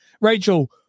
Rachel